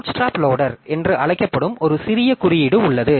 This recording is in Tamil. பூட்ஸ்ட்ராப் லோடர் என்று அழைக்கப்படும் ஒரு சிறிய குறியீடு உள்ளது